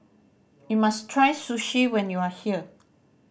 you must try Sushi when you are here